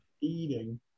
eating